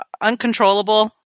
uncontrollable